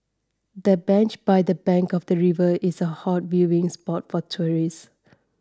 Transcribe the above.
the bench by the bank of the river is a hot viewing spot for tourists